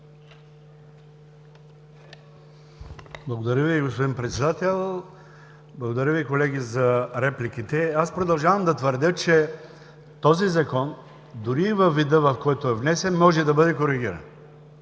Благодаря Ви, господин Председател. Благодаря Ви, колеги, за репликите. Аз продължавам да твърдя, че този Закон, дори и във вида, в който е внесен, може да бъде коригиран.